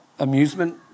amusement